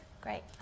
Great